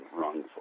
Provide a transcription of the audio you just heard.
wrongful